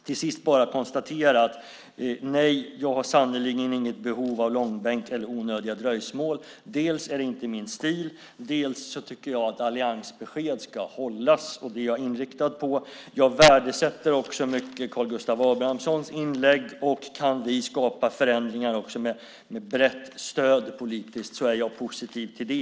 Till sist vill jag bara konstatera att jag sannerligen inte har något behov av en långbänk eller onödiga dröjsmål. Dels är det inte min stil, dels tycker jag att alliansbesked ska hållas. Det är jag inriktad på. Jag värdesätter också mycket Karl Gustav Abramssons inlägg. Kan vi skapa förändringar med brett politiskt stöd är jag positiv till det.